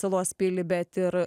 salos pilį bet ir